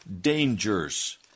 dangers